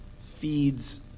feeds